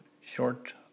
short